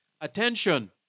attention